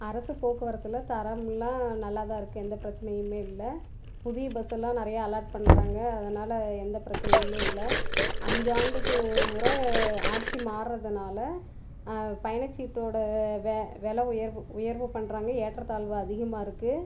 அரசு போக்குவரத்தில் தரம்லாம் நல்லா தான் இருக்கு எந்த பிரச்சனையும் இல்லை புதிய பஸ்ஸெல்லாம் நிறையா அலாட் பண்ணுறாங்க அதனால் எந்த பிரச்சனையும் இல்லை அஞ்சாண்டுக்கு ஒரு முறை ஆட்சி மாறதுனால பயணச்சீட்டோட வெலை உயர்வு உயர்வு பண்ணுறாங்க ஏற்றத்தாழ்வு அதிகமாக இருக்கு